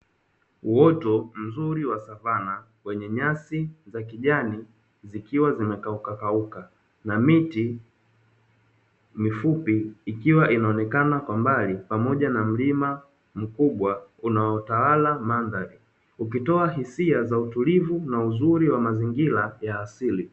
Uoto mzuri wa savana wenye nyasi za kijani zikiwa zinakaukakauka, pamoja na miti mifupi ikiwa inaonekana kwa mbali, pamoja na mlima mkubwa unaotawala mandhari ukitoa hisia za izuri na utulivu wa mandhari za asili.